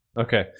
okay